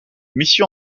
mission